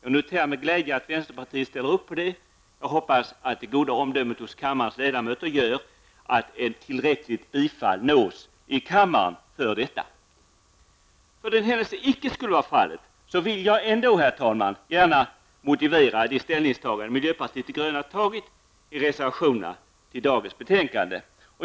Jag noterar med glädje att vänsterpartiet ställer upp på det. Jag hoppas att det goda omdömet hos kammarens ledamöter gör att ett tillräckligt bifall nås i kammaren för detta. För den händelse det icke skulle bli fallet, vill jag ändå gärna motivera det ställningstagande miljöpartiet de gröna gjort i reservationerna till dagens betänkande.